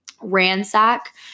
ransack